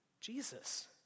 Jesus